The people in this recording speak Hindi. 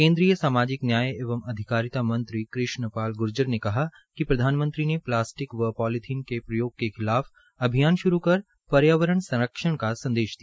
केन्द्रीय सामाजिक न्याय एवं अधिकारिता मंत्री कृष्ण पाल ग्र्जर ने कहा कि प्रधानमंत्री ने प्लास्टिक व पॉलीथीन के प्रयोग के खिलाफ अभियान श्रू कर पर्यावरण संरक्षण का संदेश दिया